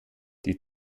die